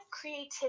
creativity